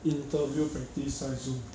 interview practice 在 zoom